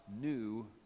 new